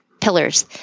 pillars